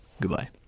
Goodbye